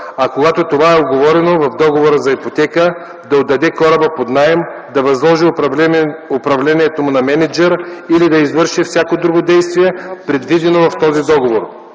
а когато това е уговорено в договора за ипотека – да отдаде кораба под наем, да възложи управлението му на мениджър или да извърши всяко друго действие, предвидено в този договор.